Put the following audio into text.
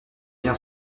bien